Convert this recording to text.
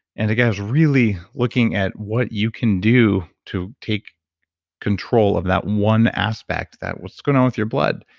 and guy's really looking at what you can do to take control of that one aspect, that what's going on with your blood?